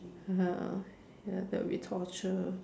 (uh huh) ya that would be torture